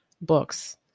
books